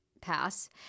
pass